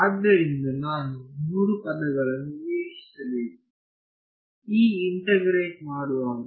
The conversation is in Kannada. ಆದ್ದರಿಂದ ನಾನು ಮೂರು ಪದಗಳನ್ನು ನಿರೀಕ್ಷಿಸಬೇಕು ಈ ಇಂಟಗ್ರೆಟ್ ಮಾಡುವಾಗ